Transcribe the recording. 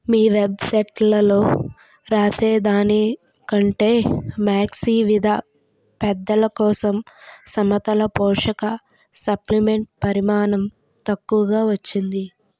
మీ వెబ్సెట్లలో రాసినదానికంటే మ్యాక్సీ విదా పెద్దల కోసం సమతుల పోషక సప్లిమెంట్ పరిమాణం తక్కువగా వచ్చింది